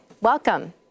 Welcome